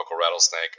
rattlesnake